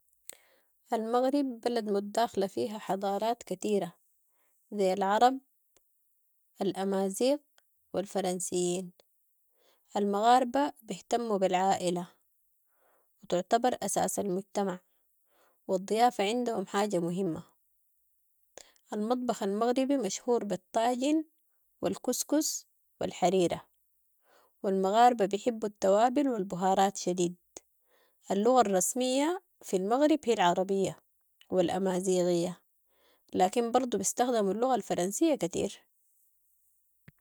المغرب بلد متداخلة فيها حضارات كتيرة، زي العرب، ال امازيغ والفرنسيين. المغاربة بهتموا بالعائلة، تعتبر اساس المجتمع و الضيافة عندهم حاجة مهمة. المطبخ المغربي مشهور بالطاجين و الكسكس و الحريرة و المغاربة بحبوا التوابل والبهارات شديد. اللغة الرسمية في المغرب هي العربية و ال امازيغية لكن برضو بستخدموا اللغة الفرنسية كتير.